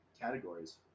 categories